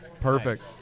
Perfect